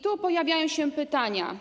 Tu pojawiają się pytania.